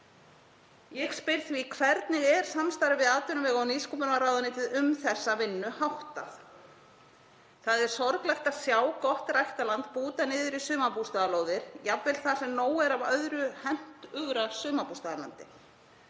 Ég spyr því: Hvernig er samstarfi við atvinnuvega- og nýsköpunarráðuneytið um þessa vinnu háttað? Það er sorglegt að sjá gott ræktarland bútað niður í sumarbústaðalóðir, jafnvel þar sem nóg er af öðru hentugra sumarbústaðalandi.